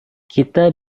kita